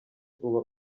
uba